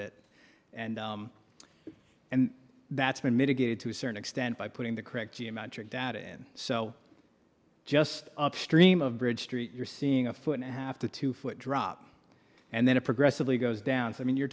it and and that's been mitigated to a certain extent by putting the correct geometric data in so just upstream of bridge street you're seeing a foot a half to two foot drop and then a progressively goes down so i mean you're